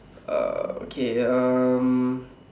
uh okay um